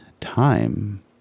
time